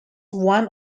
one